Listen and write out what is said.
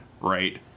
right